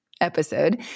episode